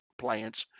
plants